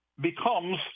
becomes